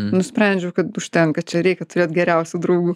nusprendžiau kad užtenka čia reikia turėt geriausių draugų